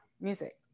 music